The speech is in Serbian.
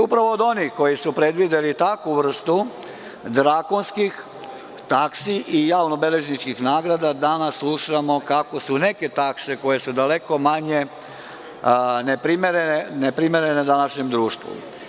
Upravo od onih koji su predvideli takvu vrstu drakonskih taksi i javno-beležničkih nagrada danas slušamo kako su neke takse daleko manje neprimerene današnjem društvu.